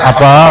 Apa